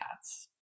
cats